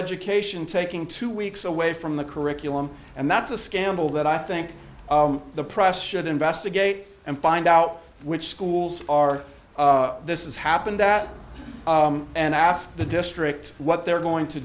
education taking two weeks away from the curriculum and that's a scandal that i think the press should investigate and find out which schools are this is happened at and ask the districts what they're going to